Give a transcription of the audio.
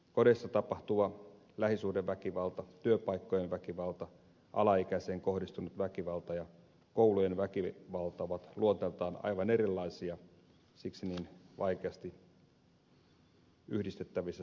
kodeissa tapahtuva lähisuhdeväkivalta työpaikkojen väkivalta alaikäiseen kohdistunut väkivalta ja koulujen väkivalta ovat luonteeltaan aivan erilaisia siksi niin vaikeasti yhdistettävissä saman otsikon alle